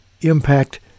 impact